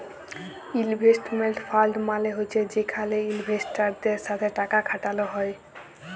investment fund মালে হছে যেখালে ইলভেস্টারদের সাথে টাকা খাটাল হ্যয়